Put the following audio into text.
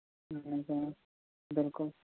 اَہن حظ آ بِلکُل